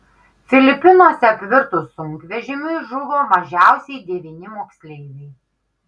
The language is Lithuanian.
filipinuose apvirtus sunkvežimiui žuvo mažiausiai devyni moksleiviai